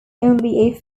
only